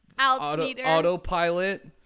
autopilot